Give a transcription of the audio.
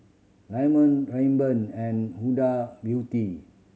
Diamond Rayban and Huda Beauty